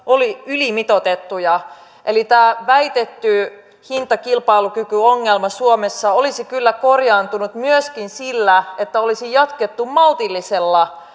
olivat ylimitoitettuja eli tämä väitetty hintakilpailukykyongelma suomessa olisi kyllä korjaantunut myöskin sillä että olisi jatkettu maltillisella